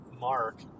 mark